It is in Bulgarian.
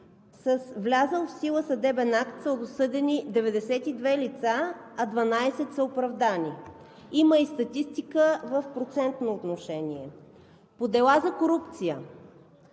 С влязъл в сила съдебен акт са осъдени 92 лица, а 12 са оправдани. Има и статистика в процентно отношение. По делата за корупция,